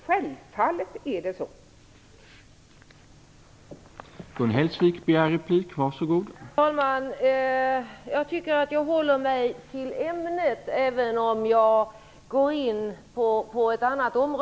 Självfallet skall de göra det.